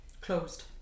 closed